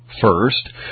First